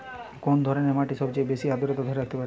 কোন ধরনের মাটি সবচেয়ে বেশি আর্দ্রতা ধরে রাখতে পারে?